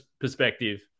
perspective